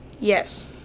Yes